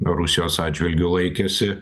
rusijos atžvilgiu laikėsi